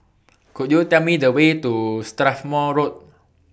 Could YOU Tell Me The Way to Strathmore Road